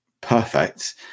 perfect –